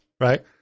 right